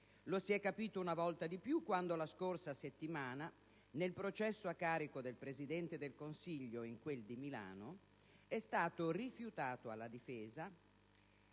Lo si è capito una volta di più, la scorsa settimana, quando nel processo a carico del Presidente del Consiglio in quel di Milano è stato rifiutato alla difesa